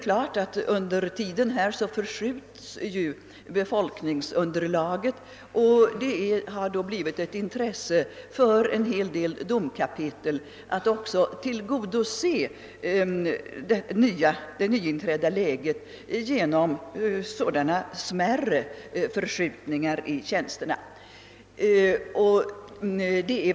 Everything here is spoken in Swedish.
Efter hand förskjuts som bekant befolkningsunderlaget, och det har blivit ett intresse för en hel del domkapitel att tillgodose det nyinträdda läget genom smärre justeringar i tjänsternas placering.